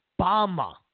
Obama